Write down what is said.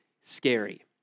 scary